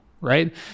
right